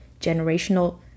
generational